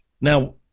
Now